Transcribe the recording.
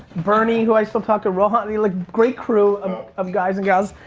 bernie who i still talk to, rohan, like, great crew um of guys and gals.